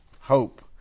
Hope